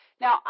Now